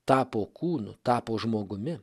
tapo kūnu tapo žmogumi